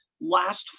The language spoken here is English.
last